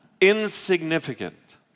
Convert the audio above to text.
insignificant